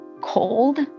cold